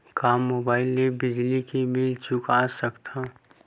का मुबाइल ले बिजली के बिल चुका सकथव?